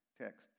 text